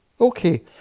Okay